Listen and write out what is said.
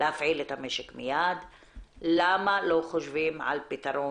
להפעיל את המשק מיד - למה לא חושבים על פתרון?